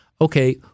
Okay